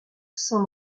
sans